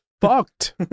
fucked